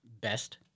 best